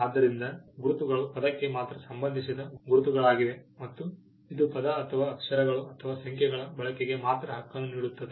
ಆದ್ದರಿಂದ ಗುರುತುಗಳು ಪದಕ್ಕೆ ಮಾತ್ರ ಸಂಬಂಧಿಸಿದ ಗುರುತುಗಳಾಗಿವೆ ಮತ್ತು ಇದು ಪದ ಅಥವಾ ಅಕ್ಷರಗಳು ಅಥವಾ ಸಂಖ್ಯೆಗಳ ಬಳಕೆಗೆ ಮಾತ್ರ ಹಕ್ಕನ್ನು ನೀಡುತ್ತದೆ